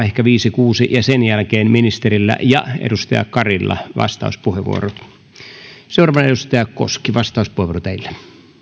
ehkä viisi kuusi ja sen jälkeen ministerillä ja edustaja emma karilla vastauspuheenvuorot seuraavana edustaja koski vastauspuheenvuoro teille